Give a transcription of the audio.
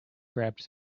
grabbed